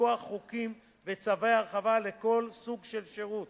מכוח חוקים וצווי הרחבה לכל סוג של שירות,